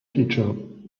feature